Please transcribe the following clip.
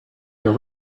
your